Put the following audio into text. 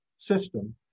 system